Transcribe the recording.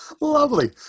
Lovely